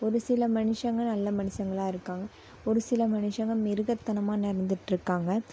ஒரு சில மனுஷங்கள் நல்ல மனுஷங்களா இருக்காங்க ஒரு சில மனுஷங்கள் மிருகத்தனமாக நடந்துகிட்ருக்காங்க